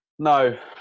No